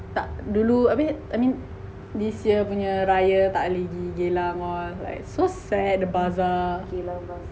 tak dulu abih I mean this year punya raya tak leh gi geylang was like so sad the bazaar